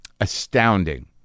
astounding